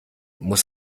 muss